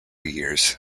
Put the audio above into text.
years